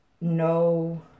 no